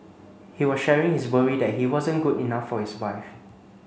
he was sharing his worry that he wasn't good enough for his wife